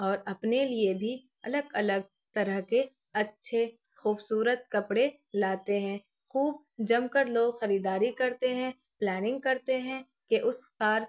اور اپنے لیے بھی الگ الگ طرح کے اچھے خوبصورت کپڑے لاتے ہیں خوب جم کر لوگ خریداری کرتے ہیں پلاننگ کرتے ہیں کہ اس پار